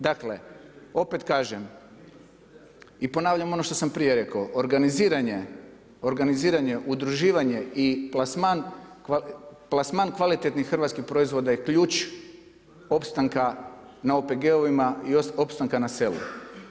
Dakle, opet kažem i ponavljam ono što sam prije rekao, organiziranje, udruživanje i plasman kvalitetnih hrvatskih proizvoda je ključ opstanka na OPG-ovima i opstanka na selu.